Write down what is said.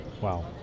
wow